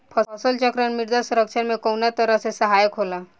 फसल चक्रण मृदा संरक्षण में कउना तरह से सहायक होला?